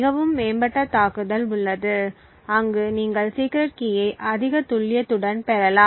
மிகவும் மேம்பட்ட தாக்குதல் உள்ளது அங்கு நீங்கள் சீக்ரெட் கீயை அதிக துல்லியத்துடன் பெறலாம்